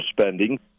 spending